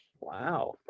Wow